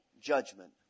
judgment